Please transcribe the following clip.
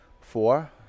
Four